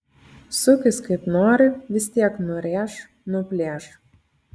sukis kaip nori vis tiek nurėš nuplėš